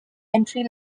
entry